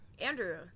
andrew